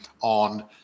on